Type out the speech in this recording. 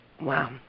Wow